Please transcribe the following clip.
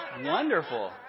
Wonderful